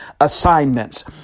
assignments